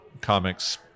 comics